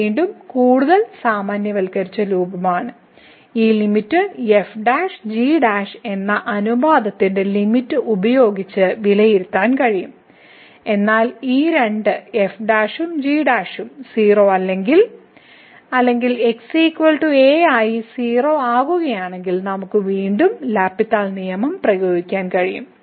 ഇത് വീണ്ടും കൂടുതൽ സാമാന്യവൽക്കരിച്ച രൂപമാണ് ഈ ലിമിറ്റ് f g എന്ന അനുപാതത്തിന്റെ ലിമിറ്റ് ഉപയോഗിച്ച് വിലയിരുത്താൻ കഴിയും എന്നാൽ ഈ രണ്ട് f ഉം g ഉം 0 അല്ലെങ്കിൽ x a ആയി 0 ആകുകയാണെങ്കിൽ നമുക്ക് വീണ്ടും എൽ ഹോസ്പിറ്റലിന്റെ നിയമം പ്രയോഗിക്കാൻ കഴിയും